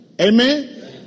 Amen